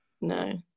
no